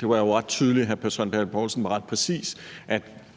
Det var jo ret tydeligt, at hr. Søren Pape Poulsen var ret præcis,